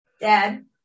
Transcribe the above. Dad